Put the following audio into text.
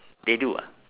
they do ah